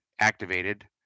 activated